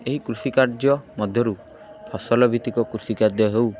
ଏହି କୃଷି କାର୍ଯ୍ୟ ମଧ୍ୟରୁ ଫସଲ ଭିତ୍ତିକ କୃଷି କାର୍ଯ୍ୟ ହେଉ